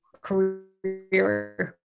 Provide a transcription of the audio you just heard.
career